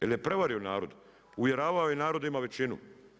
Jer je prevario narod, uvjeravao je narod da ima većinu.